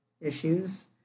issues